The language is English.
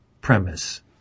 premise